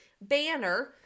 banner